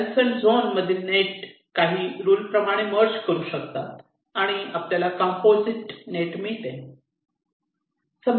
adjacent zone मधील net काही rule प्रमाणे मर्ज करू शकतात आणि आपल्याला कंपोझिट नेट मिळते